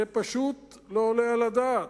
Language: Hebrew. זה פשוט לא עולה על הדעת.